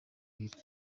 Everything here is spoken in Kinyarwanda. ibiri